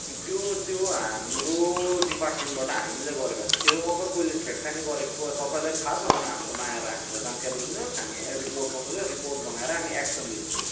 त्यो त्यो हाम्रो डिपार्टमेन्टबाट हामीले गरेको होइन त्यो अगर कोहीले छेडखानी गरेको तपाईँलाई थाहा छ भने हाम्रोमा आएर हामीलाई जानकारी दिनुहोस् हामी रिपोर्ट गर्नु पर्छ रिपोर्ट बनाएर हामी एक्सन लिन्छौँ